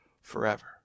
forever